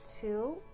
Two